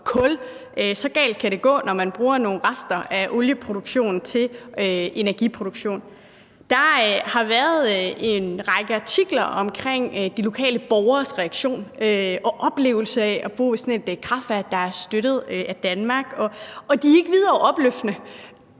Så galt kan det gå, når man bruger nogle rester fra olieproduktionen til energiproduktion. Der har været en række artikler om de lokale borgeres reaktion og oplevelse af at bo ved sådan et kraftværk, der er støttet af Danmark, og de er ikke videre opløftende.